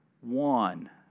One